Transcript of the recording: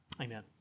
Amen